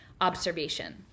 observation